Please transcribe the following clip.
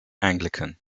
anglican